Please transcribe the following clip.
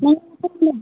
नोंलाय माथो खालामदों